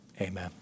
amen